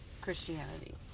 Christianity